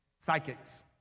Psychics